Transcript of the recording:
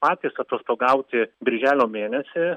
patys atostogauti birželio mėnesį